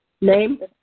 Name